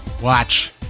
Watch